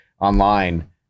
online